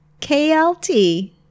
KLT